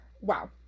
Wow